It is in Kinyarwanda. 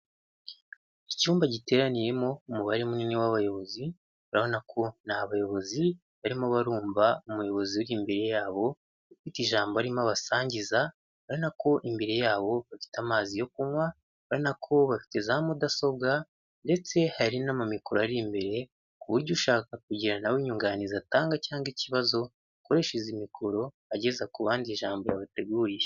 Icyumba giteraniyemo umubare munini w'abayobozi, ubona ko ni abayobozi barimo barumva umuyobozi uri imbere yabo ufite ijambo arimo abasangiza ari nako imbere yabo bafite amazi yo kunywa, ari nako bafite za mudasobwa ndetse hari n'amamikoro ari imbere ku buryo ushaka kugiranabo inyunganizi atanga cyangwa ikibazo ,akoreshe izi mikoro ageza ku bandi ijambo yabateguriye.